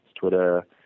Twitter